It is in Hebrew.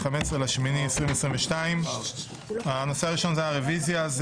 15 באוגוסט 2022. הנושא הראשון היה רביזיה.